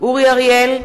אורי אריאל,